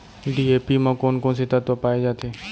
DAP म कोन कोन से तत्व पाए जाथे?